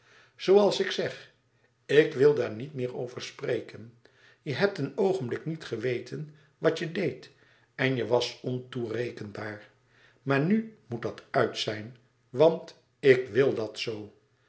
zooals ik zeg ik wil daar niet meer over spreken je hebt een oogenblik niet geweten wat je deed en je was ontoerekenbaar maar nu moet dat uit zijn want ik wil dat zoo